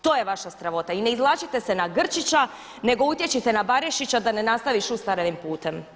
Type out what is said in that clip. To je vaša strahota i ne izvlačite se na Grčića, nego utječite na Barišića da ne nastavi Šusterovim putem.